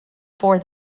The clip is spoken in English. for